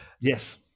Yes